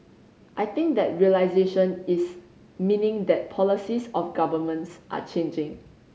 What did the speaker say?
I think that realisation is meaning that policies of governments are changing